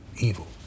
evil